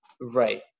Right